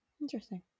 Interesting